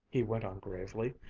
he went on gravely,